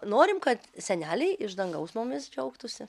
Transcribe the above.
norim kad seneliai iš dangaus mumis džiaugtųsi